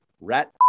Rat